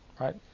right